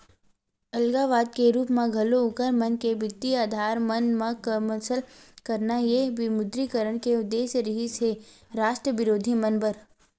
अलगाववाद के रुप म घलो उँखर मन के बित्तीय अधार मन ल कमसल करना ये विमुद्रीकरन के उद्देश्य रिहिस हे रास्ट बिरोधी मन बर